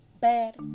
bad